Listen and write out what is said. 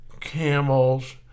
camels